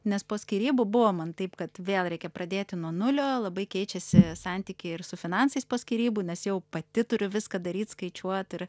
nes po skyrybų buvo man taip kad vėl reikia pradėti nuo nulio labai keičiasi santykiai ir su finansais po skyrybų nes jau pati turiu viską daryt skaičiuot ir